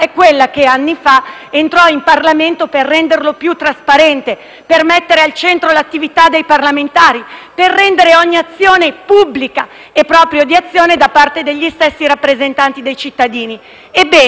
entrò in Parlamento per renderlo più trasparente, per mettere al centro l'attività dei parlamentari, per rendere pubblica ogni azione da parte dei rappresentanti dei cittadini. Ebbene, proprio voi